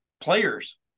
players –